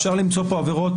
אפשר למצוא פה עבירות,